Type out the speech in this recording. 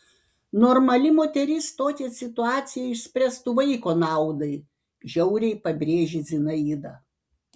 normali moteris tokią situaciją išspręstų vaiko naudai žiauriai pabrėžė zinaida